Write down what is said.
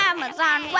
Amazon